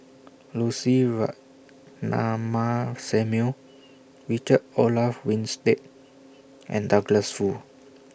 Lucy Ratnammah Samuel Richard Olaf Winstedt and Douglas Foo